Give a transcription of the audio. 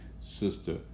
Sister